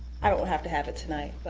i don't have to have it tonight,